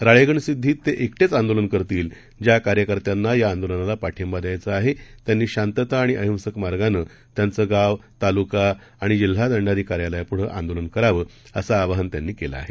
राळेगणसिद्धित ते एकटेच आंदोलन करतील ज्या कार्यकर्त्यांना या आंदोलनाला पाठिंबा द्यायचा आहे त्यांनी शांतता आणि अहिंसक मार्गानं त्यांचं गाव तालुका आणि जिल्हा दंडाधिकारी कार्यालयापुढं आंदोलन करावं असं आवाहन त्यांनी केलं आहे